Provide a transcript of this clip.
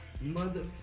Mother